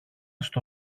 στο